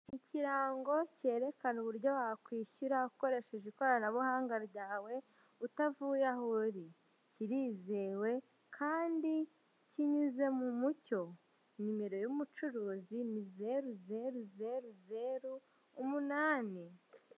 Ikirango kerekana uburyo wakwishyura ukoresheje ikoranabuhanga ryawe utavuye aho uri. Kirizewe, kandi kinyuze mu mucyo. Nimero y'umucuruzi ni zeru, zeru, zeru, zeru, umunani.